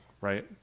right